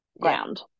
ground